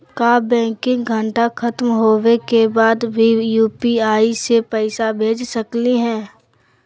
का बैंकिंग घंटा खत्म होवे के बाद भी यू.पी.आई से पैसा भेज सकली हे?